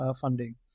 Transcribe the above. funding